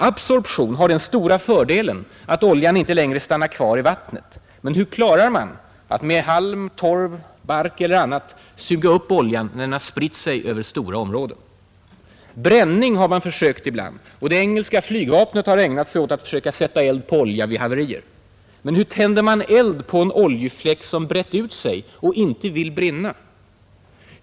Absorption har den stora fördelen att oljan inte längre stannar kvar i vattnet. Men hur klarar man att med halm, torv, bark eller annat suga upp oljan när den har spritt sig över stora områden? Bränning har man försökt ibland, och det engelska flygvapnet har ägnat sig åt att försöka sätta eld på olja vid haverier. Men hur tänder man eld på en oljefläck som brett ut sig och inte vill brinna?